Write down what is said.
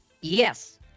yes